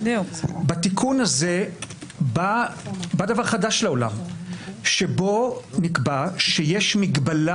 בתיקון הזה בא דבר חדש לעולם שבו נקבע שיש מגבלה